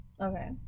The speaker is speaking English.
Okay